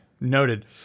Noted